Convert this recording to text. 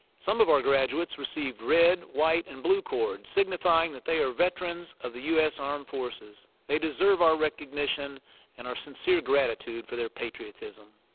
some of our graduates received red, white, and blue cords signifying that they are veterans of the us armed forces. they deserve our recognition and our sincere gratitude for their patriotism.